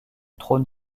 trône